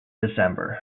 december